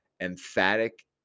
emphatic